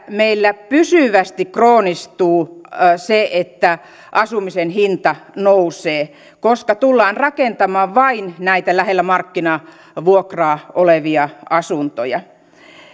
meillä pysyvästi kroonistuu se että asumisen hinta nousee koska tullaan rakentamaan vain näitä lähellä markkinavuokraa olevia asuntoja